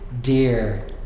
dear